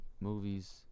movies